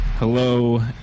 Hello